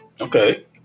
okay